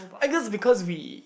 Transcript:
I guess because we